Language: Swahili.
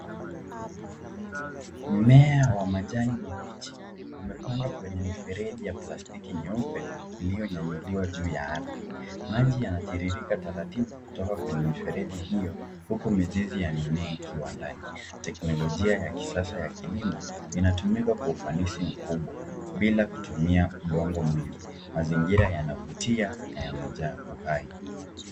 Mmea wa majani mabichi, umepandwa kwenye mifereji ya plastiki nyeupe iliyonyanyuliwa juu ya ardhi. Maji yanatiririka taratibu kutoka kwenye mifereji hiyo, huku mizizi ya mimea ikiwa ndani. Teknolojia ya kisasa ya kilimo inatumika kwa ufanisi mkubwa bila kutumia udongo mwingi. Mazingira yana vutia na yamejaa uhai.